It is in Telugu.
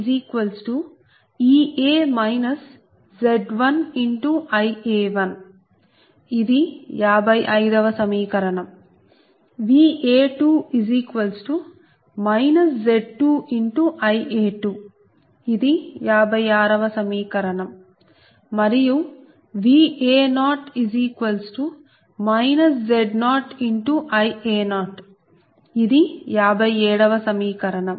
ఇది Va1Ea Z1Ia1 ఇది 55 వ సమీకరణం Va2 Z2Ia2 ఇది 56 వ సమీకరణం మరియు Va0 Z0Ia0 ఇది 57 వ సమీకరణం